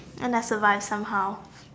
and I survived somehow